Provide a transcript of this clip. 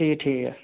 ठीक ऐ ठीक ऐ